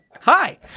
hi